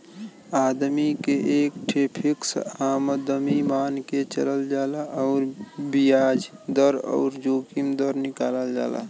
आदमी के एक ठे फ़िक्स आमदमी मान के चलल जाला अउर बियाज दर अउर जोखिम दर निकालल जाला